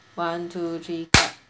one two three